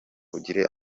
ugire